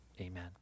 amen